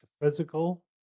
physical